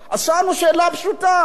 אז שאלנו שאלה פשוטה,